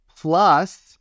Plus